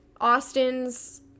austin's